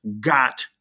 got